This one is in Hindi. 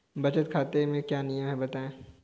बचत खाते के क्या नियम हैं बताएँ?